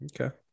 Okay